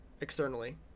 externally